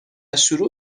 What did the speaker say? شروع